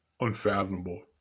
unfathomable